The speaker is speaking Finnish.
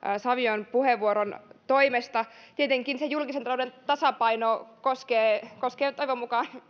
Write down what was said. savion puheenvuoron toimesta tietenkin se julkisen talouden tasapaino koskee toivon mukaan